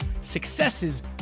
successes